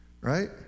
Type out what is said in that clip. right